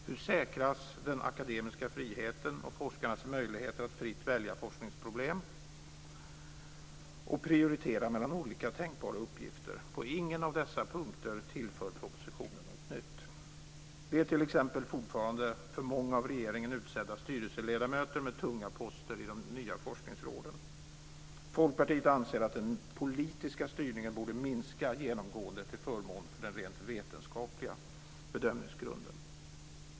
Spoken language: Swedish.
Hur säkras den akademiska friheten och forskarnas möjligheter att fritt välja forskningsproblem och prioritera mellan olika tänkbara uppgifter? På ingen av dessa punkter tillför propositionen något nytt. Det är t.ex. fortfarande för många av regeringen utsedda styrelseledamöter med tunga poster i de nya forskningsråden. Folkpartiet anser att den politiska styrningen genomgående borde minska till förmån för den rent vetenskapliga bedömningsgrunden.